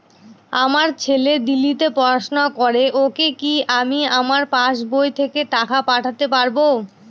আমার ছেলে দিল্লীতে পড়াশোনা করে ওকে কি আমি আমার পাসবই থেকে টাকা পাঠাতে পারব?